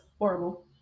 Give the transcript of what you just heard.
horrible